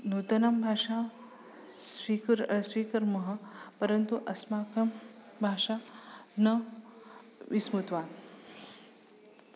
नूतनां भाषां स्वीकुर् स्वीकुर्मः परन्तु अस्माकं भाषां न विस्मृतवान्